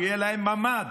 שיהיה להם ממ"ד,